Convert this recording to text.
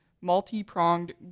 multi-pronged